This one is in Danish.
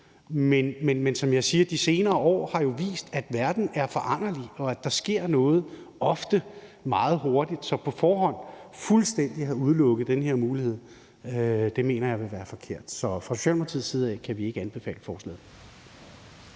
Men som jeg siger, har de senere år vist, at verden er foranderlig, og at der sker noget, ofte meget hurtigt. Så på forhånd fuldstændig at udelukke den her mulighed, mener jeg vil være forkert. Så fra Socialdemokratiets side af kan vi ikke anbefale forslaget.